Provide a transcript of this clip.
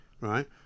right